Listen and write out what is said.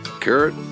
carrot